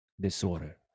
disorder